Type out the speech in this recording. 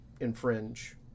infringe